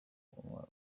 umunwa